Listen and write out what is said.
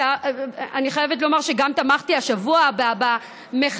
אני חייבת לומר גם שתמכתי השבוע במחאת